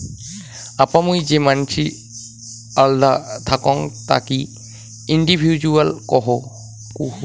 আপা মুই যে মানসি আল্দা থাকং তাকি ইন্ডিভিজুয়াল কুহ